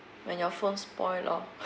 when your phone spoil lor